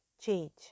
change